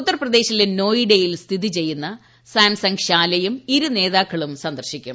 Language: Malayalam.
ഉത്തർപ്രദേശിലെ നോയിഡയിൽ സ്ഥിതി ചെയ്യുന്ന സാംസംഗ് ശാലയും ഇരുനേതാക്കളും സന്ദർശിക്കും